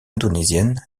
indonésienne